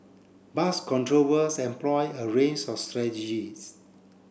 bus controllers employ a range of strategies